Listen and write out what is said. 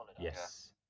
Yes